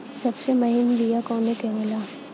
सबसे महीन बिया कवने के होला?